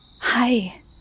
Hi